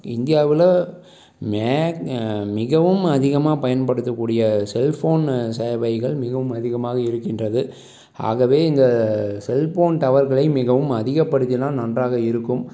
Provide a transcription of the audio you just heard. இந்தியாவில் மிகவும் அதிகமாக பயன்படுத்தக்கூடிய செல்ஃபோனு சேவைகள் மிகவும் அதிகமாக இருக்கின்றது ஆகவே இந்த செல்போன் டவர்களை மிகவும் அதிகப்படுத்தினால் நன்றாக இருக்கும்